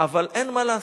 אבל אין מה לעשות.